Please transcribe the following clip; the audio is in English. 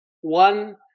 one